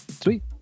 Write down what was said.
Sweet